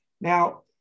Now